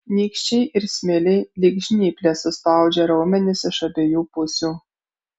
nykščiai ir smiliai lyg žnyplės suspaudžia raumenis iš abiejų pusių